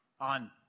on